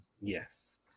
yes